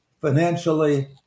financially